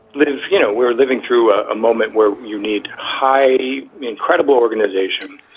lives, you know, we're living through a moment where you need high, incredible organization,